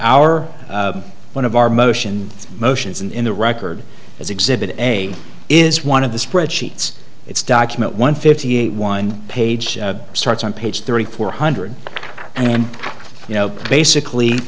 our one of our motion motions in the record as exhibit a is one of the spreadsheets it's document one fifty eight one page starts on page thirty four hundred and you know basically